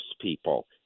people